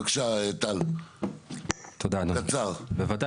בבקשה, טל, קצר.